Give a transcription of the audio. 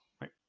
Right